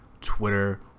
Twitter